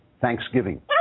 Thanksgiving